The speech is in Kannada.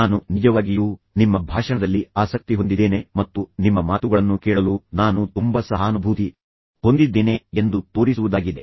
ನಾನು ನಿಜವಾಗಿಯೂ ನಿಮ್ಮ ಭಾಷಣದಲ್ಲಿ ಆಸಕ್ತಿ ಹೊಂದಿದ್ದೇನೆ ಮತ್ತು ನಿಮ್ಮ ಮಾತುಗಳನ್ನು ಕೇಳಲು ನಾನು ತುಂಬಾ ಸಹಾನುಭೂತಿ ಹೊಂದಿದ್ದೇನೆ ಎಂದು ತೋರಿಸುವುದಾಗಿದೆ